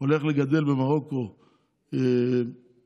הולך לגדל במרוקו גידולים,